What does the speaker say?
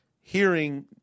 hearing